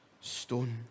stone